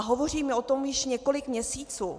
Hovoříme o tom již několik měsíců.